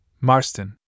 Marston